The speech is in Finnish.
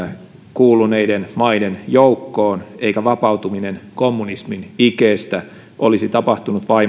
kuuluneiden maiden joukkoon eikä vapautuminen kommunismin ikeestä olisi tapahtunut